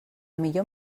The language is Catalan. millor